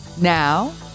Now